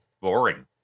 Boring